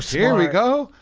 here we go.